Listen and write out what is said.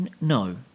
No